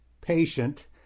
patient